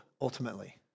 ultimately